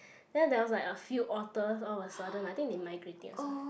then there was like a few otters all of a sudden I think they migrating also